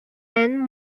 and